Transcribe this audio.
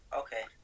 okay